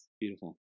Beautiful